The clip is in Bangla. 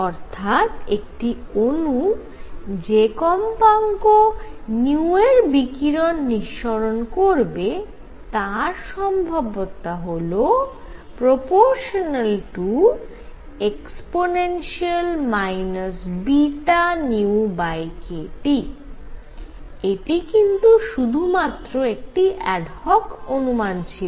অর্থাৎ একটি অণু যে কম্পাঙ্ক এর বিকিরণ নিঃসরণ করবে তার সম্ভাব্যতা হল ∝e βνkT এটি কিন্তু সুধুমাত্র একটি অ্যাডহক অনুমান ছিল